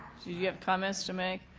do you have comments to make?